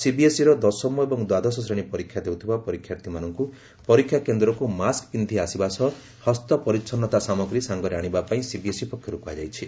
ସିବିଏସ୍ଇର ଦଶମ ଏବଂ ଦ୍ୱାଦଶ ଶ୍ରେଣୀ ପରୀକ୍ଷା ଦେଉଥିବା ପରୀକ୍ଷାର୍ଥୀମାନଙ୍କୁ ପରୀକ୍ଷା କେନ୍ଦ୍ରକୁ ମାସ୍କ ପିନ୍ଧି ଆସିବା ସହ ହସ୍ତ ପରିଚ୍ଚନ୍ନତା ସାମଗ୍ରୀ ସାଙ୍ଗରେ ଆଣିବା ପାଇଁ ସିବିଏସ୍ଇ ପକ୍ଷରୁ କୁହାଯାଇଛି